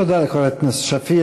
תודה לחברת הכנסת שפיר.